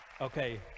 Okay